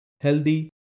healthy